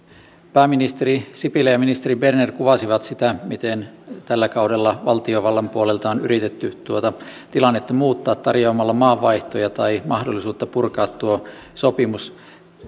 pääministeri sipilä ja ministeri berner kuvasivat sitä miten tällä kaudella valtiovallan puolelta on yritetty tuota tilannetta muuttaa tarjoamalla maavaihtoja tai mahdollisuutta purkaa tuo sopimus